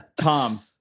Tom